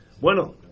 bueno